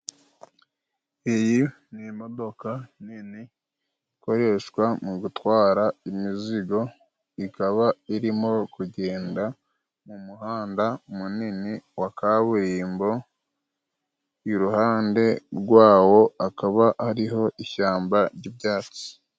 Iyi ni imodoka nini ikoreshwa mu gutwara imizigo, ikaba irimo kugenda mu muhanda munini wa kaburimbo, iruhande rwawo hakaba hariho ishyamba ry'ibyatsi.